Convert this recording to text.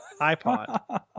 ipod